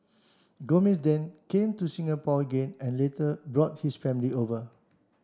Gomez then came to Singapore again and later brought his family over